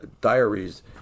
diaries